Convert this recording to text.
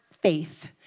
faith